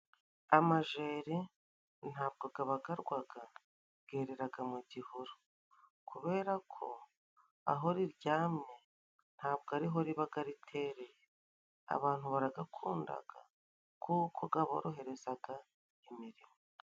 Amajeri nta bwo gabagarwaga gereraga mu gihuru. kubera ko aho riryamye nta bwo ari ho ribaga ritereye. Abantu baragakundaga kuko gaboroherezaga imirimo.